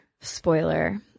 spoiler